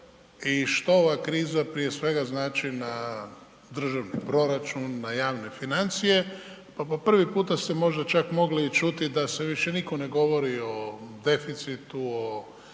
i što ova kriza prije svega znači na državni proračun, na javne financije. Pa po prvi puta ste možda čak mogli i čuti da sad više niko govori o deficitu, o